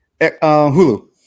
Hulu